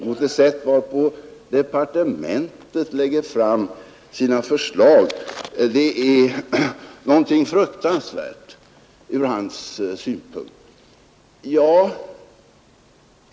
Det sätt varpå departementet lägger fram sina förslag är någonting fruktansvärt från hans synpunkt.